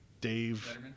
Dave